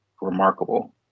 remarkable